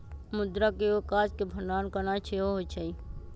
मुद्रा के एगो काज के भंडारण करनाइ सेहो होइ छइ